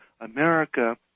America